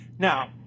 Now